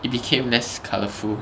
it became less colourful